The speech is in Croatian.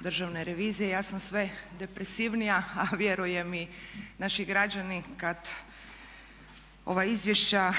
državne revizije ja sam sve depresivnija a vjerujem i naši građani kada ova izvješća